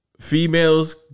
Females